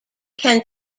can